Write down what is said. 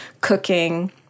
cooking